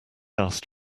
asked